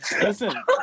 listen